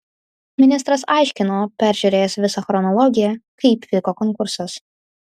ministras aiškino peržiūrėjęs visą chronologiją kaip vyko konkursas